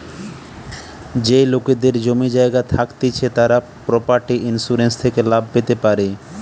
যেই লোকেদের জমি জায়গা থাকতিছে তারা প্রপার্টি ইন্সুরেন্স থেকে লাভ পেতে পারে